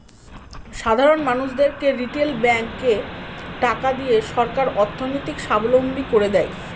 সাধারন মানুষদেরকে রিটেল ব্যাঙ্কে টাকা দিয়ে সরকার অর্থনৈতিক সাবলম্বী করে দেয়